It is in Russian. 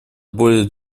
более